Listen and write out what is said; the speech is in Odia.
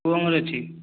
କେଉଁ ଅଙ୍ଗୁର ଅଛି